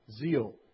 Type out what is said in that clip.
zeal